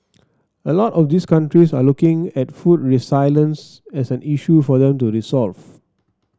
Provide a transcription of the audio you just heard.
a lot of these countries are looking at food resilience as an issue for them to resolve